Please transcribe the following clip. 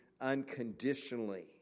unconditionally